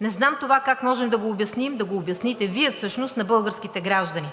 Не знам това как можем да го обясним – да го обясните Вие всъщност, на българските граждани